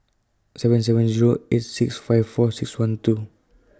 seven seven Zero eight six five four six one two